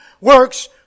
works